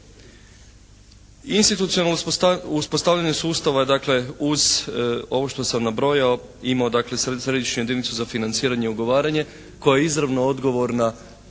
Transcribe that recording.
Institucionalno uspostavljanje sustava dakle uz ovo što sam nabrojao imao dakle središnju jedinicu za financiranje i ugovaranje koja je izravno odgovorna